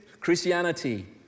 Christianity